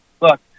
Look